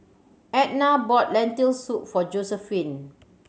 Ednah bought Lentil Soup for Josephine